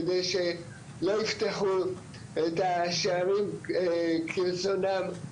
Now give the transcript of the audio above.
כדי שלא יפתחו את השערים כרצונם,